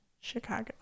Chicago